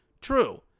True